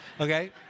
Okay